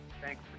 Thanks